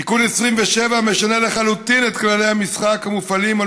תיקון 27 משנה לחלוטין את כללי המשחק המופעלים על